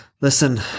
listen